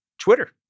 Twitter